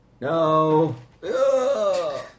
No